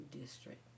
District